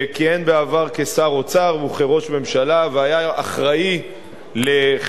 שכיהן בעבר כשר אוצר וכראש ממשלה והיה אחראי לחלק